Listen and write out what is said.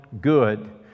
good